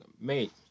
mate